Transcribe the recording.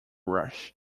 rush